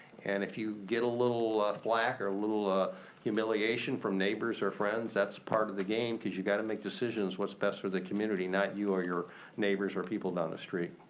and if you get a little flack or a little ah humiliation from neighbors or friends, that's part of the game, cause you gotta make decisions what's best for the community. not you or your neighbors or people down the street.